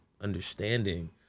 understanding